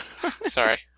Sorry